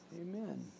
Amen